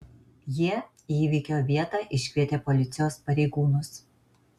jie į įvykio vietą iškvietė policijos pareigūnus